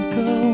go